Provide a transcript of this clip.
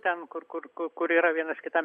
ten kur kur kur yra vienas kitam